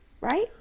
right